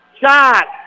Shot